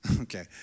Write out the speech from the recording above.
Okay